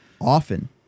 often